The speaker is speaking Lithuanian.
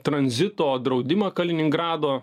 tranzito draudimą kaliningrado